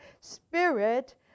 spirit